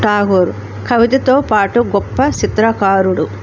టగోరు కవితతో పాటు గొప్ప చిత్రకారుడు